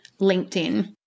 LinkedIn